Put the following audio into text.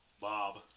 Bob